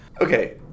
Okay